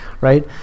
right